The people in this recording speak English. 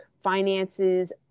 finances